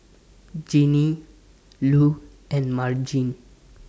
Ginny Lu and Margene